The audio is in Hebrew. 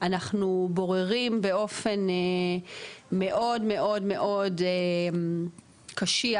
אנחנו בוררים באופן מאוד מאוד מאוד קשיח